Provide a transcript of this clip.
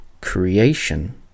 creation